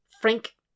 Frank